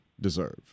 deserve